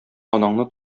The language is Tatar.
анаңны